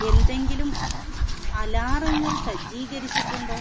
എന്തെങ്കിലും അലാറങ്ങൾ സജ്ജീകരിച്ചിട്ടുണ്ടോ